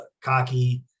cocky